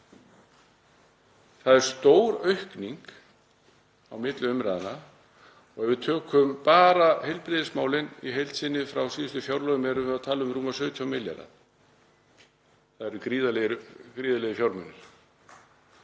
það er stóraukning á milli umræðna. Ef við tökum bara heilbrigðismálin í heild sinni frá síðustu fjárlögum erum við að tala um rúma 17 milljarða. Það eru gríðarlegir fjármunir.